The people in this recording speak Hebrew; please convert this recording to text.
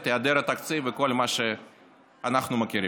את היעדר התקציב וכל מה שאנחנו מכירים.